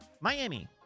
miami